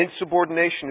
insubordination